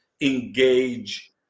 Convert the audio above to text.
engage